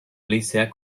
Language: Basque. leizeak